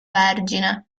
vergine